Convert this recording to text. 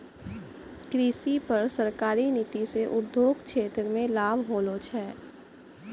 कृषि पर सरकारी नीति से उद्योग क्षेत्र मे लाभ होलो छै